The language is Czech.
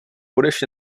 budeš